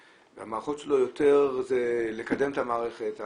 והמערכות שלו הן יותר לקדם את המערכת.